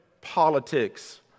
politics